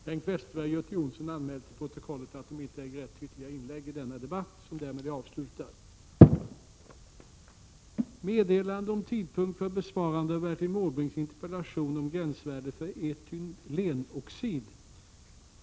Herr talman! Bertil Måbrink har ställt en interpellation till mig om gränsvärdet för etylenoxid.